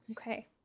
okay